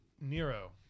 Nero